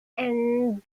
and